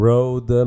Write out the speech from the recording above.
Road